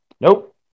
Nope